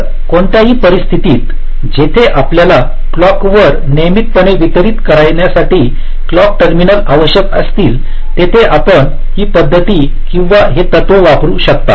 तर कोणत्याही परिस्थितीत जिथे आपल्याला क्लॉकवर नियमितपणे वितरित करण्यासाठी क्लॉक टर्मिनल आवश्यक असतील तेथे आपण ही पद्धत किंवा हे तत्व वापरू शकता